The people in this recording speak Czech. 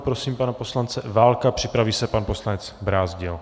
Prosím pana poslance Válka, připraví se pan poslanec Brázdil.